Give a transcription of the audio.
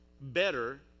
better